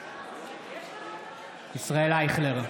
בעד ישראל אייכלר,